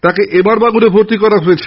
তাকে এমআর বাঙুরে ভর্তি করা হয়েছে